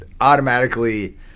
automatically